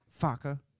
Fucker